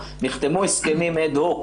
נחתמו הסכמים הד-הוק,